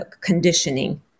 conditioning